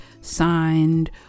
signed